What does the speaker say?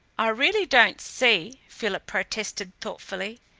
i really don't see, philip protested thoughtfully,